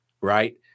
right